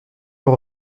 leur